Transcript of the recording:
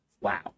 Wow